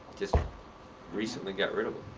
just recently got rid of